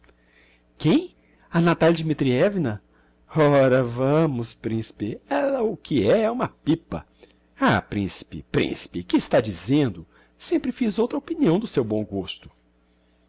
mulher quem a natalia dmitrievna ora vamos principe ella o que é é uma pipa ah principe principe que está dizendo sempre fiz outra opinião do seu bom gosto